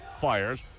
fires